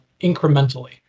incrementally